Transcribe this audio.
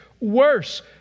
worse